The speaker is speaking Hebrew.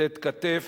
לתת כתף,